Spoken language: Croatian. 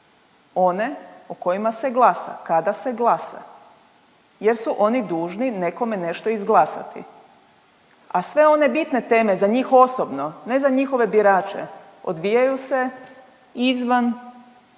one o kojima se glasa, kada se glasa jer su oni dužni nekome nešto izglasati, a sve one bitne teme za njih osobno, ne za njihove birače odvijaju se izvan ove